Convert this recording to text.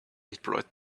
employed